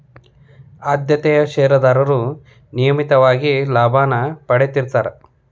ಆದ್ಯತೆಯ ಷೇರದಾರರು ನಿಯಮಿತವಾಗಿ ಲಾಭಾನ ಪಡೇತಿರ್ತ್ತಾರಾ